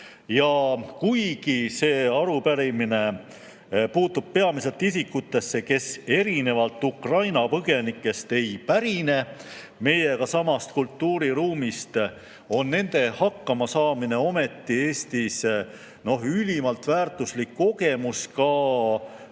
Kuigi arupärimine puudutab peamiselt isikuid, kes erinevalt Ukraina põgenikest ei pärine meiega samast kultuuriruumist, on nende hakkamasaamine Eestis ometi ülimalt väärtuslik kogemus ka kõikidesse